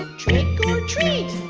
trick or treat.